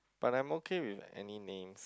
but I'm okay with any names